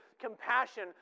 compassion